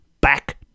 back